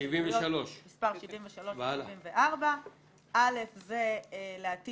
הסתייגות 73. מספר 73 74. אל"ף זה להטיל